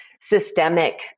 systemic